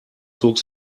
zog